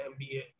MBA